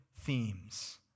themes